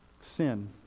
sin